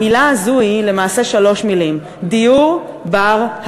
המילה הזאת היא למעשה שלוש מילים: דיור בר-השגה.